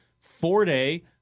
four-day